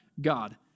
God